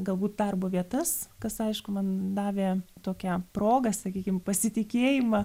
galbūt darbo vietas kas aišku man davė tokią progą sakykim pasitikėjimą